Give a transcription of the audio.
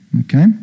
Okay